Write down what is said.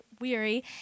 weary